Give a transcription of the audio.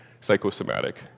psychosomatic